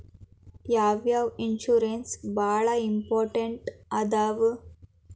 ಯಾವ್ಯಾವ ಇನ್ಶೂರೆನ್ಸ್ ಬಾಳ ಇಂಪಾರ್ಟೆಂಟ್ ಅದಾವ?